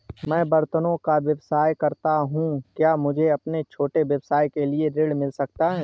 मैं बर्तनों का व्यवसाय करता हूँ क्या मुझे अपने छोटे व्यवसाय के लिए ऋण मिल सकता है?